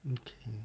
okay